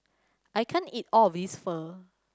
I can't eat all of this Pho